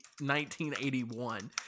1981